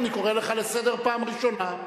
אני קורא לך לסדר פעם ראשונה,